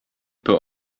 put